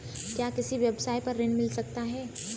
क्या किसी व्यवसाय पर ऋण मिल सकता है?